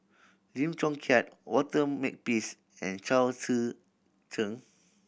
Lim Chong Keat Walter Makepeace and Chao Tzee Cheng